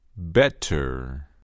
Better